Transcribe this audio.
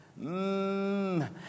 mmm